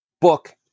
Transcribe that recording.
book